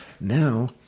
Now